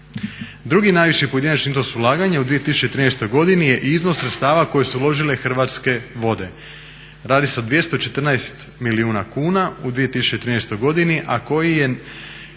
Drugi najviši pojedinačni iznos ulaganja u 2013. godini je iznos sredstava koji su uložile Hrvatske vode. Radi se o 214 milijuna kuna u 2013. godini, a koji je